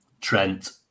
Trent